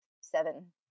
seven